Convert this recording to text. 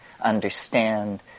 understand